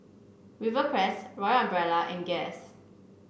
Rivercrest Royal Umbrella and Guess